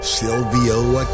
Silvio